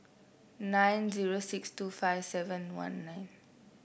nine zero six two five seven one nine